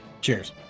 Cheers